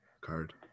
card